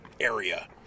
area